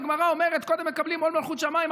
הגמרא אומרת: קודם מקבלים עול מלכות שמיים,